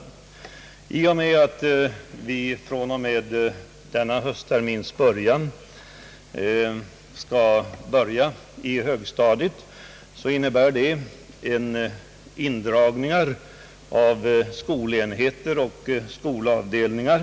Det förhållandet att vi från denna hösttermins början skall starta högstadiet innebär indragningar av skolenheter och skolavdelningar.